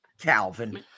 Calvin